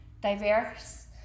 diverse